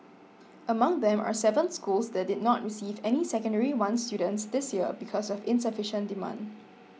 among them are seven schools that did not receive any Secondary One students this year because of insufficient demand